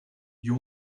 you